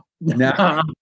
no